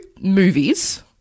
movies